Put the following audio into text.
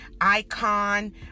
icon